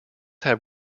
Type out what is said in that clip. have